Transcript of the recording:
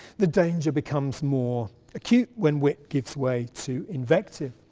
the danger becomes more acute when wit gives way to invective.